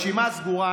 הרשימה סגורה.